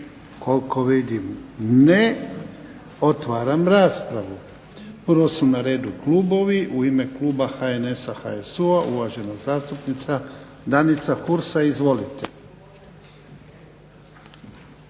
Koliko vidim ne. Otvaram raspravu. Prvo su na redu klubovi. U ime kluba HNS-HSU-a uvažena zastupnica Danica Hursa. Izvolite.